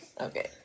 Okay